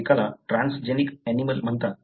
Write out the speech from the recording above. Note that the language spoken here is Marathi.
एकाला ट्रान्सजेनिक ऍनिमलं म्हणतात